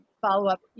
follow-up